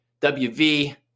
WV